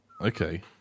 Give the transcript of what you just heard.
Okay